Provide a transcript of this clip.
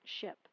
ship